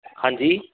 ਹਾਂਜੀ